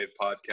podcast